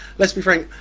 let's be frank